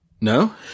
No